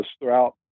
throughout